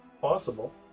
possible